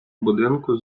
будинку